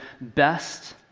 best